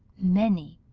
many,